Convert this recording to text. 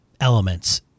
elements